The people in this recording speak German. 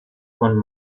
von